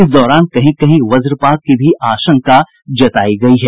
इस दौरान कहीं कहीं वज्रपात की भी आशंका जतायी गयी है